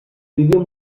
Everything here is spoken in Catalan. vídeo